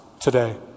today